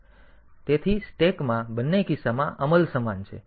તેથી સ્ટેક માં બંને કિસ્સામાં અમલ સમાન છે